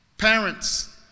Parents